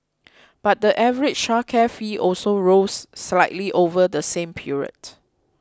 but the average childcare fee also rose slightly over the same period